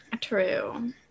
true